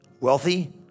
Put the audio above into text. wealthy